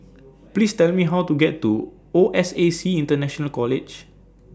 Please Tell Me How to get to O S A C International College